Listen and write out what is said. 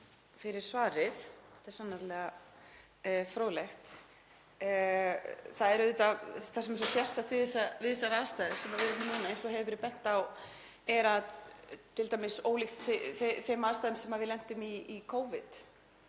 fyrir svarið, þetta er sannarlega fróðlegt. Það sem er svo sérstakt við þessar aðstæður sem við erum í núna, eins og hefur verið bent á, er að þetta er t.d. ólíkt þeim aðstæðum sem við lentum í í Covid.